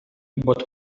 bot